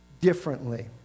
differently